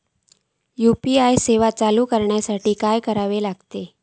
UPI सेवा चालू करूक काय करूचा लागता?